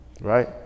right